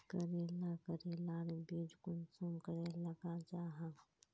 करेला करेलार बीज कुंसम करे लगा जाहा?